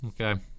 Okay